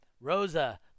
rosa